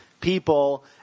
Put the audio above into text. people